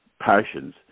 passions